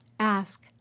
Ask